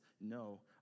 No